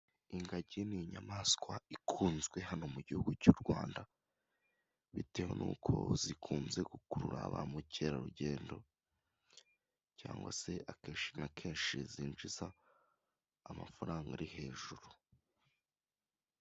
ingagi ni inyamaswa ikunzwe hano mu gihugu cy'u Rwanda bitewe nuko zikunze gukurura ba mukerarugendo cyangwa se akenshi na kenshi zinjiza amafaranga ari hejuru